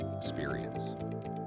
Experience